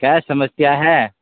क्या समस्या है